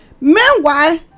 meanwhile